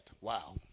Wow